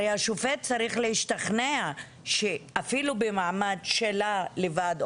הרי השופט צריך להשתכנע שאפילו במעמד שלה לבד,